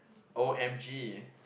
O_M_G